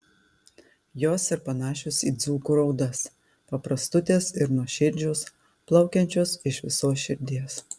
jos ir panašios į dzūkų raudas paprastutės ir nuoširdžios plaukiančios iš visos širdies